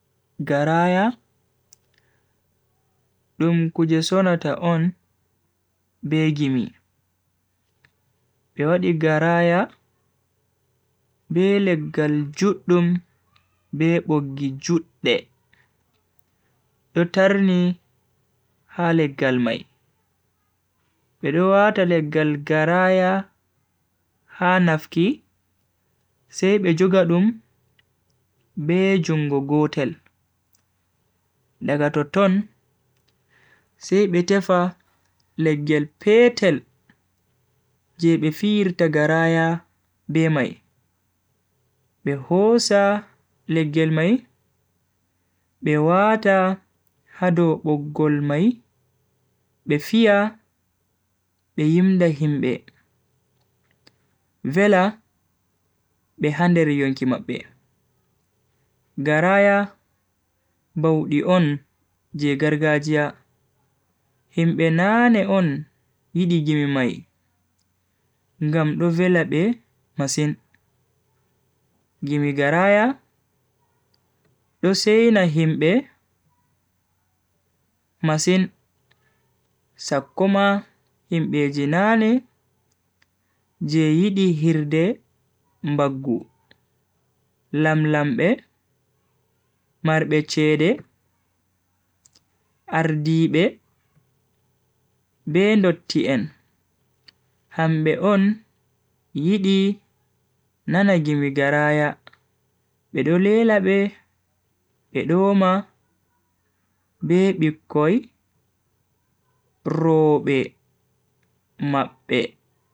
gara ya dum kujesona ta on be gimi be wat i gara ya be legal jut dum be bo gijut de uttarni ha legal mai be wat i legal gara ya ha nafki se be juga dum be jungo go tel legal uttarni se be tefa legal pe tel je be fir ta gara ya be mai be hosa legal mai be wat i hado bo gul mai be im da him be ve la be hande re yung ke ma be gara ya bo di on je gara ga ja him be na ne on gidi gimi mai gam du ve la be masin gimi gara ya du se ina him be masin sakuma him be jinane je i di hirde mbagu lam lam be mar be che de ar di be be dot i n ham be on je di nana gimi gara ya be do le la be be do ma be be koi pro be ma be